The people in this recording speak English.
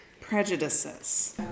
prejudices